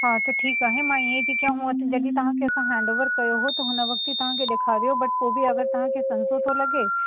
हा त ठीकु आहे मां हीअं थी कयां जॾहिं तव्हां खे असां हैंड ओवर कयो त हुन वक़्ति ई तव्हां खे ॾेखारियो बट पोइ बि अगरि तव्हां खे संशय थो लॻे त